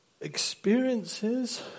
experiences